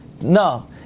No